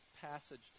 passage